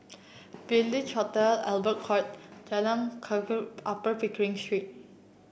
Village Hotel Albert Court Jalan Rakit Upper Pickering Street